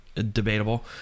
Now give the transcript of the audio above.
Debatable